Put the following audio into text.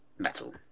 Metal